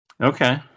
Okay